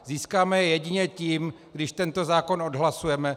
Získáme je jedině tím, když tento zákon odhlasujeme.